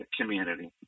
community